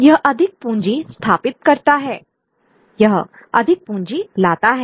यह अधिक पूंजी स्थापित करता है यह अधिक पूँजी लाता है